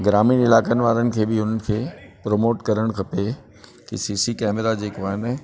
ग्रामीण इलाइक़नि वारनि खे बि उन्हनि खे प्रमोट करणु खपे की सी सी कैमरा जेको आहिनि